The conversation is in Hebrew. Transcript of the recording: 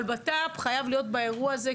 אבל בט"פ חייב להיות באירוע הזה,